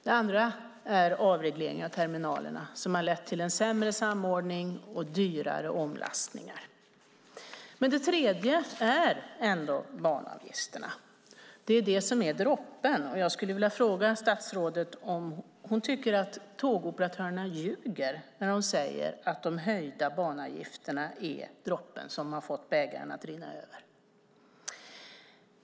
Det andra är avregleringen av terminalerna som har lett till en sämre samordning och dyrare omlastningar. Men det tredje är ändå banavgifterna. Det är droppen. Jag skulle vilja fråga statsrådet om hon tycker att tågoperatörerna ljuger när de säger att de höjda banavgifterna är droppen som har fått bägaren att rinna över.